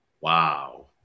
Wow